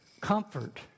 Comfort